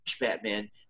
Batman